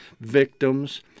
victims